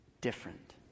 different